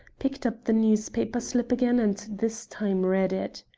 picked up the newspaper slip again, and this time read it.